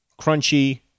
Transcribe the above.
crunchy